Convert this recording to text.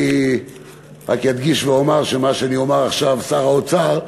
אני רק אדגיש ואומר שכשאני אומר עכשיו "שר האוצר",